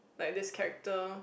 like this character